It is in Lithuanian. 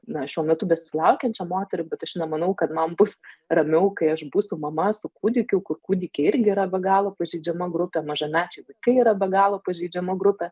na šiuo metu besilaukiančią moterį bet aš nemanau kad man bus ramiau kai aš būsiu mama su kūdikiu kur kūdikiai irgi yra be galo pažeidžiama grupė mažamečiai vaikai yra be galo pažeidžiama grupė